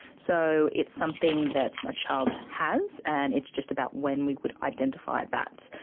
so it's something that a child has and it's just about when we would identify that.